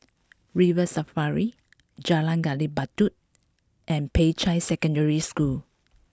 River Safari Jalan Gali Batu and Peicai Secondary School